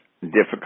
difficult